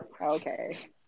okay